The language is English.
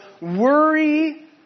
worry